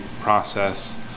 process